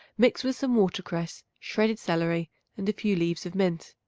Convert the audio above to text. mix with some watercress, shredded celery and a few leaves of mint.